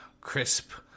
crisp